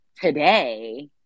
today